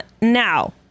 now